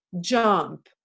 jump